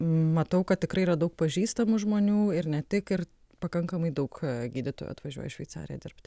matau kad tikrai yra daug pažįstamų žmonių ir ne tik ir pakankamai daug gydytojų atvažiuoja į šveicariją dirbt